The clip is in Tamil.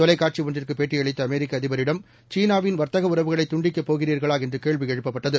தொலைக்காட்சி ஒன்றுக்கு பேட்டி அளித்த அமெரிக்க அதிபரிடம்லு சீனாவின் வர்த்தக உறவுகளை துண்டிக்கப் போகிறீர்களா என்று கேள்வி எழுப்பப்பட்டது